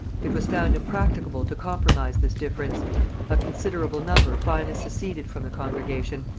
it was found impracticable to compromise this difference a considerable number finally seceded from the congregation,